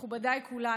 מכובדיי כולם,